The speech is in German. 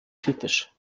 kritisch